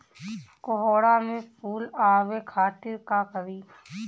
कोहड़ा में फुल आवे खातिर का करी?